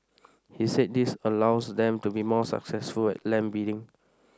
he said this allows them to be more successful at land bidding